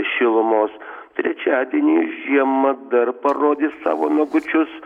šilumos trečiadienį žiema dar parodys savo nagučius